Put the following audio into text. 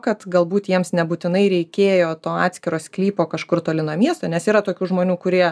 kad galbūt jiems nebūtinai reikėjo to atskiro sklypo kažkur toli nuo miesto nes yra tokių žmonių kurie